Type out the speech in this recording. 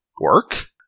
work